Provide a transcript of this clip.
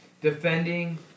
defending